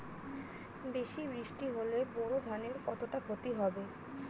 বেশি বৃষ্টি হলে বোরো ধানের কতটা খতি হবে?